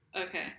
Okay